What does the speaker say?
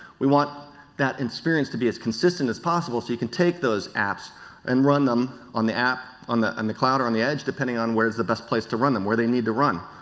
we want that experience to be as consistent as possible so you can take those apps and run them on the app, on the and the cloud or on the edge depending where is the best place to run them, where they need to run.